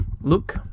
Look